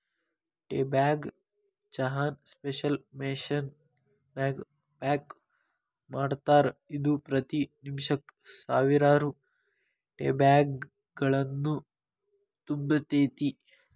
tea bag ಚಹಾನ special machine ನ್ಯಾಗ pack ಮಾಡ್ತಾರ, ಇದು ಪ್ರತಿ ನಿಮಿಷಕ್ಕ ಸಾವಿರಾರು ಟೇಬ್ಯಾಗ್ಗಳನ್ನು ತುಂಬತೇತಿ